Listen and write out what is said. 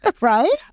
right